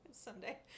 Someday